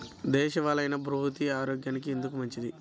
దేశవాలి అయినా బహ్రూతి ఆరోగ్యానికి ఎందుకు మంచిది?